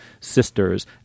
sisters